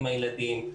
עם הילדים,